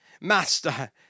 Master